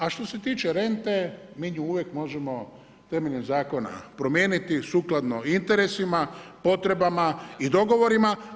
A što se tiče rente, mi nju uvijek možemo temeljem zakona promijeniti sukladno interesima, potrebama i dogovorima.